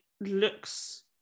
looks